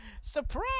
Surprise